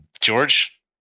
George